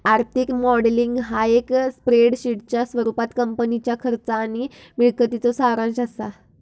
आर्थिक मॉडेलिंग ह्या एक स्प्रेडशीटच्या स्वरूपात कंपनीच्या खर्च आणि मिळकतीचो सारांश असा